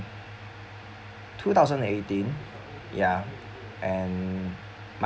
two thousand eighteen ya and my